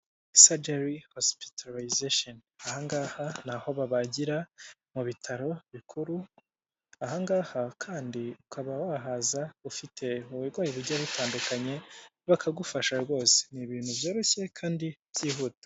Surgery hospitarization. Aha ngaha ni aho babagira mu bitaro bikuru, aha ngaha kandi ukaba wahaza ufite uburwayi bujyiye butandukanye, bakagufasha rwose. Ni ibintu byoroshye kandi byihuta.